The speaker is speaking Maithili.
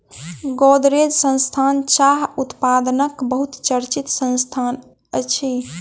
गोदरेज संस्थान चाह उत्पादनक बहुत चर्चित संस्थान अछि